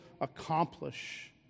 accomplish